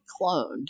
cloned